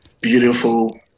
Beautiful